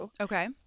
Okay